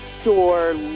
store